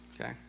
okay